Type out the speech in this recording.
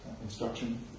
instruction